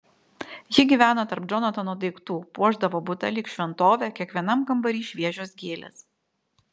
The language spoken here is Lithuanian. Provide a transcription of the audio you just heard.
ji gyveno tarp džonatano daiktų puošdavo butą lyg šventovę kiekvienam kambary šviežios gėlės